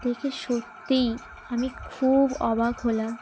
দেখে সত্যিই আমি খুব অবাক হলাম